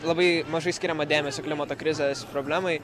labai mažai skiriama dėmesio klimato krizės problemai